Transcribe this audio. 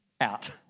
out